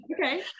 Okay